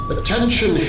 Attention